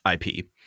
IP